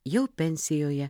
jau pensijoje